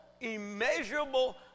immeasurable